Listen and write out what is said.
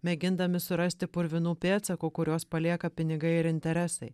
mėgindami surasti purvinų pėdsakų kuriuos palieka pinigai ir interesai